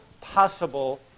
possible